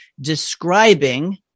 describing